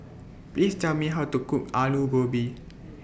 Please Tell Me How to Cook Aloo Gobi